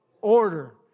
order